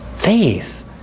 faith